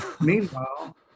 Meanwhile